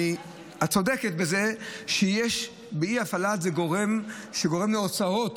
את צודקת שאי-ההפעלה גורם שגורם לנהגי המוניות הוצאות